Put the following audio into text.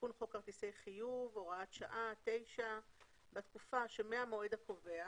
9.תיקון חוק כרטיסי חיוב הוראת שעה בתקופה שמהמועד הקובע